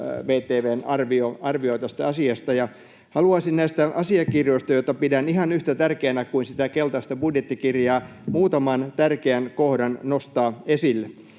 VTV:n arvio tästä asiasta. Haluaisin näistä asiakirjoista, joita pidän ihan yhtä tärkeinä kuin sitä keltaista budjettikirjaa, muutaman tärkeän kohdan nostaa esille.